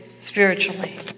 spiritually